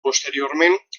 posteriorment